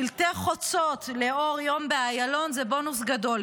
שלטי חוצות לאור יום באיילון זה בונוס גדול.